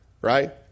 Right